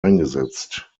eingesetzt